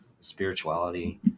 spirituality